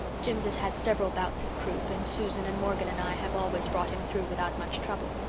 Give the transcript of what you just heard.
jims has had several bouts of croup and susan and morgan and i have always brought him through without much trouble.